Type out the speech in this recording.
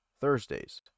Thursdays